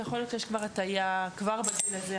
שיכול להיות שיש הטיה כבר בגיל הזה,